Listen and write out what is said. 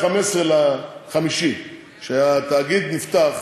שהתאגיד נפתח,